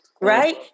right